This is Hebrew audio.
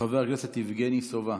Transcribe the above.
חבר הכנסת יבגני סובה,